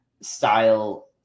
style